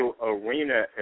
arena